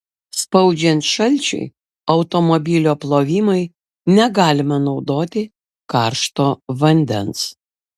spaudžiant šalčiui automobilio plovimui negalima naudoti karšto vandens